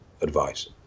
advice